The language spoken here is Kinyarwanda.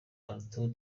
arthur